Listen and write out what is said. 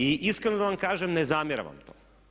I iskreno da vam kažem ne zamjeram vam to.